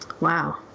Wow